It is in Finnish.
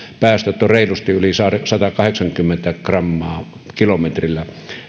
päästöt ovat reilusti yli satakahdeksankymmentä grammaa kilometrillä